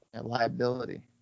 Liability